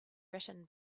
written